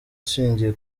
ushingiye